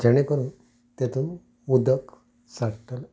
जेणे करून तातूंत उदक साट्टा